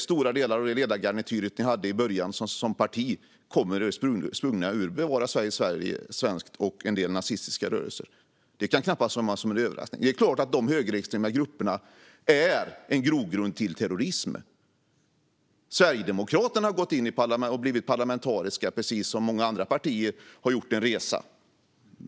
Stora delar av det ledargarnityr ni hade i början som parti är sprunget ur Bevara Sverige svenskt och en del nazistiska rörelser. Det kan knappast komma som en överraskning. Det är klart att de högerextrema grupperna är en grogrund för terrorism. Sverigedemokraterna har, precis som många andra partier, gjort en resa och blivit parlamentariska.